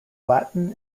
latin